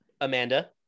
Amanda